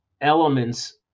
elements